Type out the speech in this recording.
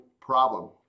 problem